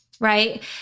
Right